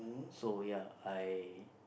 so ya I